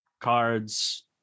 cards